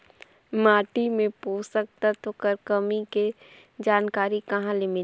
माटी मे पोषक तत्व कर कमी के जानकारी कहां ले मिलही?